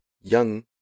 young